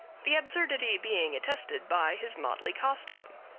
the absurdity being attested by his motley costume.